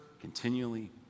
continually